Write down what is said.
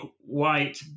white